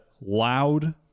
Loud